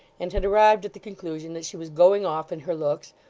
and had arrived at the conclusion that she was going off in her looks,